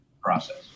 process